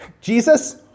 Jesus